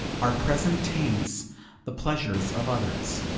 our presence taints the pleasures of others.